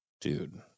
Dude